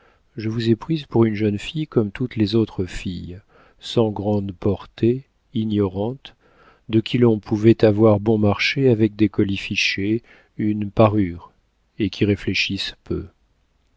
je vous ai prise pour une jeune fille comme toutes les autres filles sans grande portée ignorante de qui l'on pouvait avoir bon marché avec des colifichets une parure et qui réfléchissent peu